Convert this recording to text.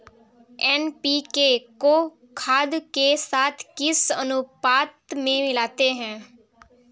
NPK को खाद के साथ किस अनुपात में मिलाते हैं?